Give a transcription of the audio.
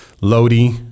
Lodi